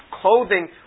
clothing